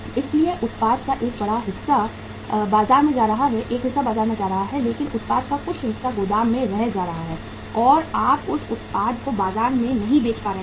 इसलिए उत्पाद का एक हिस्सा बाजार में जा रहा है लेकिन उत्पाद का कुछ हिस्सा गोदाम में जा रहा है और आप उस उत्पाद को बाजार में नहीं बेच पा रहे हैं